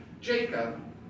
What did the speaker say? Jacob